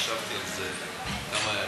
חשבתי על זה כמה ימים.